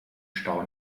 stau